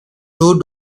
two